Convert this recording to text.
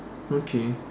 okay